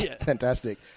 fantastic